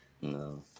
No